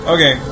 Okay